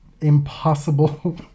Impossible